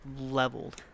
leveled